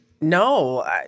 no